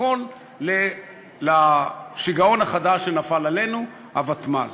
הכול לשיגעון החדש שנפל עלינו, הוותמ"ל.